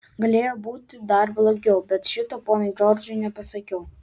galėjo būti dar blogiau bet šito ponui džordžui nepasakiau